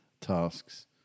tasks